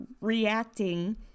reacting